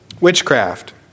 Witchcraft